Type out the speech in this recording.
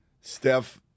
Steph